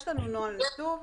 יש לנו נוהל ניתוב.